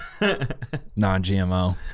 non-GMO